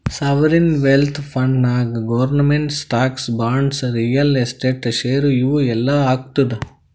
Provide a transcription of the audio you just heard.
sovereign wealth ಫಂಡ್ನಾಗ್ government stocks, bonds, real estate, share ಇವು ಎಲ್ಲಾ ಹಾಕ್ತುದ್